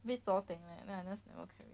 a bit zhor teng leh then I just don't want carry